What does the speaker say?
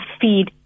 feed